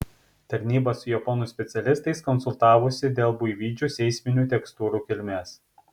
tarnyba su japonų specialistais konsultavosi dėl buivydžių seisminių tekstūrų kilmės